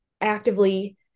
actively